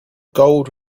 gold